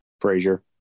Frazier